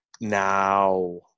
now